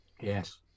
Yes